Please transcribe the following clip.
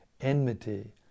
enmity